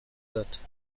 داد